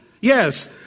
Yes